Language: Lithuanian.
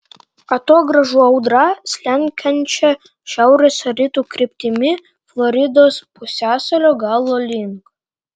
atogrąžų audrą slenkančią šiaurės rytų kryptimi floridos pusiasalio galo link